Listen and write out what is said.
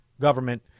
government